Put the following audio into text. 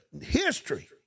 History